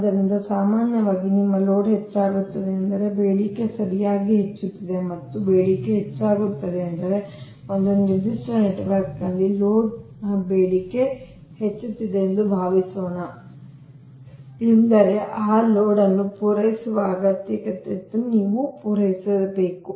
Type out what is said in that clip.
ಆದ್ದರಿಂದ ಸಾಮಾನ್ಯವಾಗಿ ನಿಮ್ಮ ಲೋಡ್ ಹೆಚ್ಚಾಗುತ್ತದೆ ಎಂದರೆ ಬೇಡಿಕೆ ಸರಿಯಾಗಿ ಹೆಚ್ಚುತ್ತಿದೆ ಮತ್ತು ಬೇಡಿಕೆ ಹೆಚ್ಚಾಗುತ್ತದೆ ಎಂದರೆ ಒಂದು ನಿರ್ದಿಷ್ಟ ನೆಟ್ವರ್ಕ್ ನಲ್ಲಿ ಲೋಡ್ ಬೇಡಿಕೆ ಹೆಚ್ಚುತ್ತಿದೆ ಎಂದು ಭಾವಿಸೋಣ ಎಂದರೆ ಆ ಲೋಡ್ ಅನ್ನು ಪೂರೈಸುವ ಅಗತ್ಯವನ್ನು ನೀವು ಪೂರೈಸಬೇಕು